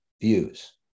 views